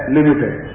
Limited